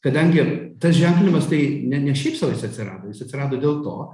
kadangi tas ženklinimas tai ne ne šiaip sau jis atsirado jis atsirado dėl to